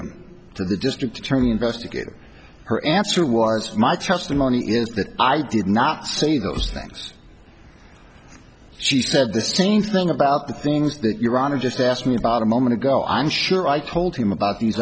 them to the district attorney investigator her answer was my trust in money is that i did not say those things she said this team thing about the things that your honor just asked me about a moment ago i'm sure i told him about these